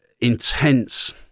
intense